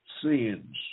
sins